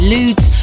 Ludes